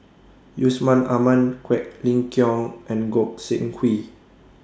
Yusman Aman Quek Ling Kiong and Goi Seng Hui